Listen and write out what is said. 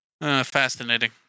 Fascinating